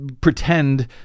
pretend